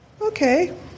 Okay